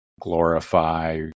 glorify